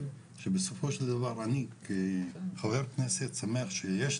ובסופו של דבר אני שמח שיש לי כחבר כנסת חלק